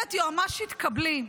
גברת יועמ"שית, קבלי: